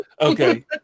Okay